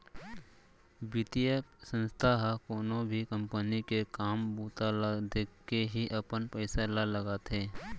बितीय संस्था ह कोनो भी कंपनी के काम बूता ल देखके ही अपन पइसा ल लगाथे